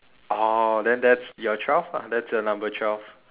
oh then that's your twelve lah that's your number twelve